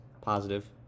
positive